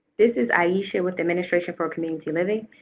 this is aiesha with the administration for community living.